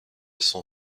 son